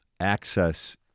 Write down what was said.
access